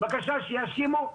בבקשה, שיאשימו.